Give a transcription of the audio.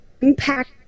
impact